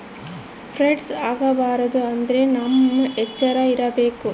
frauds ಆಗಬಾರದು ಅಂದ್ರೆ ನಾವ್ ಎಚ್ರ ಇರ್ಬೇಕು